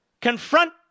confront